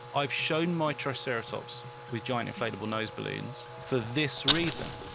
i've shown my triceratops with giant inflatable nosed balloons for this reason.